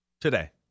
today